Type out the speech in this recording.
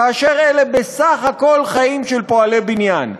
כאשר אלה בסך הכול חיים של פועלי בניין.